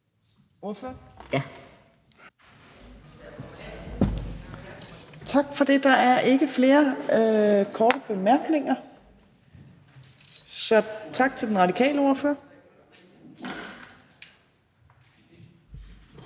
Torp): Tak for det. Der er ikke flere korte bemærkninger, så tak til den radikale ordfører.